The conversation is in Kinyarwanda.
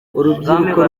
urubyiruko